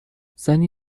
زنی